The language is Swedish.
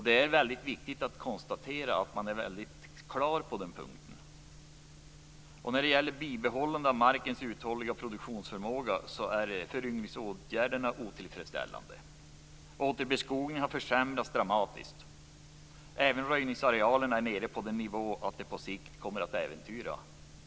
Det är viktigt att konstatera att man är väldigt klar på den punkten. Föryngringsåtgärderna för bibehållande av markens uthålliga produktionsförmåga är otillfredsställande. Återbeskogningen har försämrats dramatiskt. Även röjningsarealerna är nere på en sådan nivå att vår skogsproduktion på sikt kommer att äventyras.